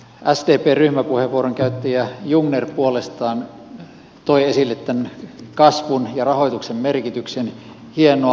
sdpn ryhmäpuheenvuoron käyttäjä jungner puolestaan toi esille tämän kasvun ja rahoituksen merkityksen hienoa